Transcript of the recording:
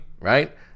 right